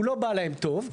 הוא לא בא להם בטוב.